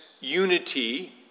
unity